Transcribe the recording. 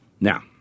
Now